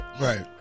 Right